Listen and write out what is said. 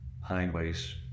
highways